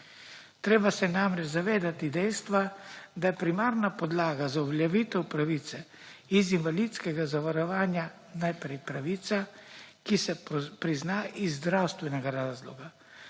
Treba se je namreč zavedati dejstva, da je primarna podlaga za uveljavitev pravice iz invalidskega zavarovanja najprej pravica, ki se prizna iz zdravstvenega razloga.